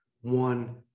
One